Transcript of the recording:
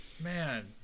man